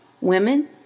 women